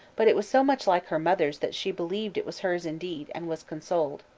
but it was so much like her mother's that she believed it was hers indeed, and was consoled.